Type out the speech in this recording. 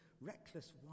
reckless